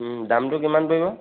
দামটো কিমান পৰিব